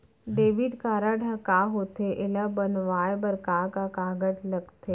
Debit card ह का होथे एला बनवाए बर का का कागज लगथे?